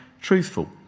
truthful